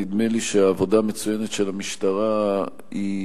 נדמה לי שהעבודה המצוינת של המשטרה היא